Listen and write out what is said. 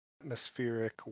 atmospheric